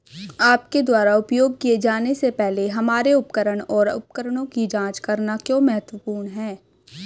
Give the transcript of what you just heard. आपके द्वारा उपयोग किए जाने से पहले हमारे उपकरण और उपकरणों की जांच करना क्यों महत्वपूर्ण है?